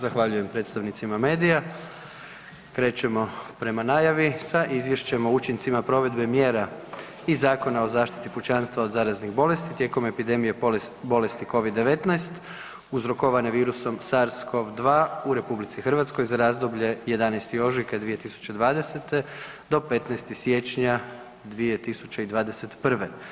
Zahvaljujem predstavnicima medija, krećemo prema najavi sa: - Izvješće o učincima provedbe mjera iz Zakona o zaštiti pučanstva od zaraznih bolesti tijekom epidemije bolesti COVID-19 uzrokovane virusom SARS-CoV-2 u Republici Hrvatskoj za razdoblje 11. ožujka 2020. do 15. siječnja 2021.